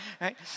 right